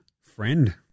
Friend